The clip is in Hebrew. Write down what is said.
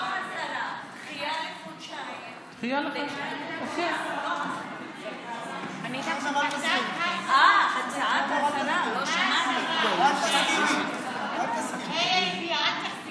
להצעת החוק של חברת הכנסת פרידמן וקבוצת חברי הכנסת הוגשו כמה